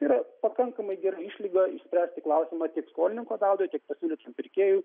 yra pakankamai gera išlyga išspręsti klausimą tiek skolininko naudai tiek pasiūlytam pirkėjui